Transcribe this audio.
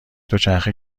دوچرخه